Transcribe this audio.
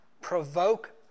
provoke